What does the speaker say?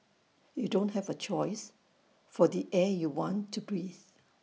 you don't have A choice for the air you want to breathe